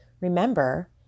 Remember